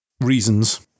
reasons